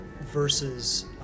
versus